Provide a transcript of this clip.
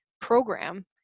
program